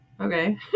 okay